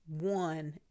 one